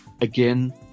again